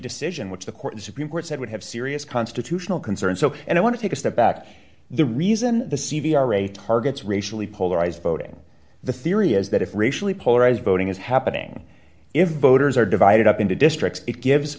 decision which the court the supreme court said would have serious constitutional concern so and i want to take a step back the reason the c v r a targets racially polarized voting the theory is that if racially polarized voting is happening if voters are divided up into districts it gives